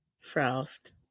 Frost